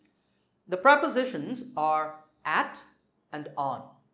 the prepositions are at and on.